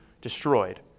destroyed